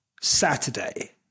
saturday